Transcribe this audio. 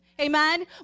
Amen